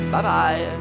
Bye-bye